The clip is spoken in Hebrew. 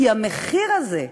כי המחיר הזה,